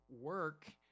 work